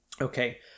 Okay